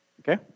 Okay